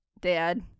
Dad